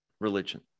religion